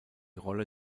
rolle